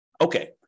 Okay